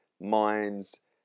minds